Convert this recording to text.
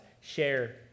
share